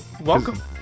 Welcome